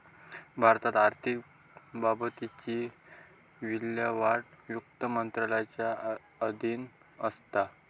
भारतात आर्थिक बाबतींची विल्हेवाट वित्त मंत्रालयाच्या अधीन असता